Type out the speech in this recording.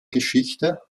geschichte